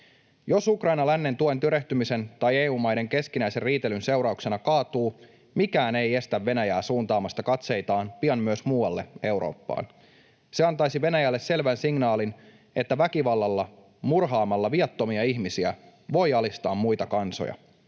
Jos Ukraina lännen tuen tyrehtymisen tai EU-maiden keskinäisen riitelyn seurauksena kaatuu, mikään ei estä Venäjää suuntaamasta katseitaan pian myös muualle Eurooppaan. Se antaisi Venäjälle selvän signaalin, että väkivallalla, murhaamalla viattomia ihmisiä voi alistaa muita kansoja.